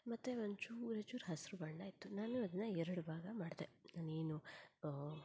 ಮತ್ತೆ ಒಂದು ಚೂರೆ ಚೂರು ಹಸಿರು ಬಣ್ಣ ಇತ್ತು ನಾನು ಅದನ್ನು ಎರಡು ಭಾಗ ಮಾಡಿದೆ ನಾನೇನು ಓ